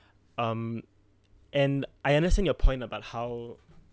um and I understand your point about how